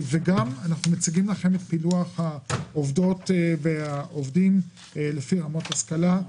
אנחנו מציגים לכם את פילוח העובדות והעובדים לפי רמות השכלה.